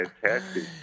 fantastic